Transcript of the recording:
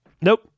nope